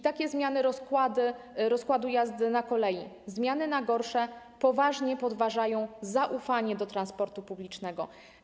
Takie zmiany rozkładu jazdy na kolei, zmiany na gorsze, poważnie podważają zaufanie do transportu publicznego.